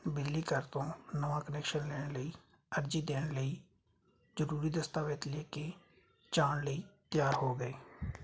ਬਿਜਲੀ ਘਰ ਤੋਂ ਨਵਾਂ ਕਨੈਕਸ਼ਨ ਲੈਣ ਲਈ ਅਰਜ਼ੀ ਦੇਣ ਲਈ ਜ਼ਰੂਰੀ ਦਸਤਾਵੇਜ਼ ਲੈ ਕੇ ਜਾਣ ਲਈ ਤਿਆਰ ਹੋ ਗਏ